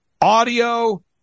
audio